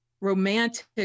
romantic